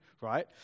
right